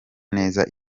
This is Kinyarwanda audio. neza